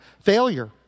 failure